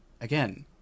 again